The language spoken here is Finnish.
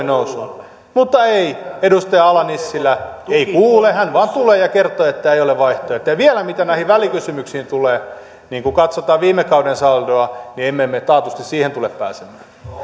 nousuun mutta ei edustaja ala nissilä ei kuule hän vain tulee ja kertoo että ei ole vaihtoehtoja ja vielä mitä näihin välikysymyksiin tulee niin kun katsotaan viime kauden saldoa niin emme me taatusti siihen tule pääsemään